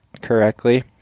correctly